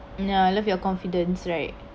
ya love your confidence right